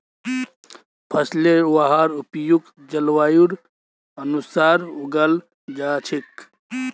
फसलेर वहार उपयुक्त जलवायुर अनुसार उगाल जा छेक